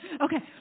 Okay